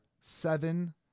seven